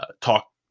talk